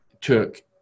took